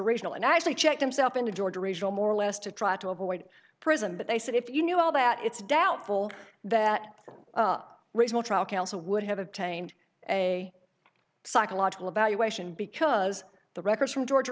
original and actually checked himself into georgia regional more or less to try to avoid prison but they said if you knew all that it's doubtful that result trial counsel would have obtained a psychological evaluation because the records from georgia